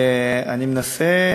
ואני מנסה,